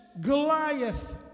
Goliath